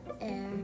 air